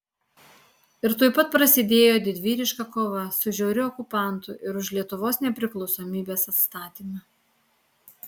ir tuoj pat prasidėjo didvyriška kova su žiauriu okupantu ir už lietuvos nepriklausomybės atstatymą